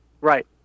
Right